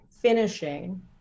finishing